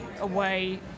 away